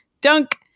Dunk